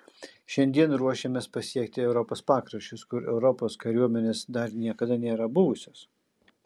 šiandien ruošėmės pasiekti europos pakraščius kur europos kariuomenės dar niekada nėra buvusios